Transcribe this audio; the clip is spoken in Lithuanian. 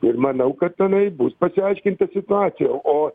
ir manau kad tenai bus paaiškinta situacija o